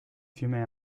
fiume